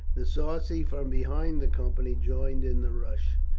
the sarci from behind the company joined in the rush,